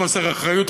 חוסר אחריות,